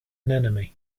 anemone